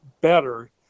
better